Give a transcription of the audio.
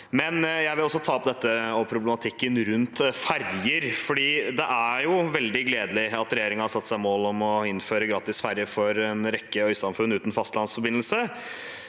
for. Jeg vil også ta opp problematikken rundt ferjer. Det er veldig gledelig at regjeringen har satt seg mål om å innføre gratis ferje for en rekke øysamfunn uten fastlandsforbindelse,